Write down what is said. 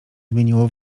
zmieniło